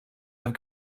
have